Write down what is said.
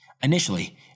Initially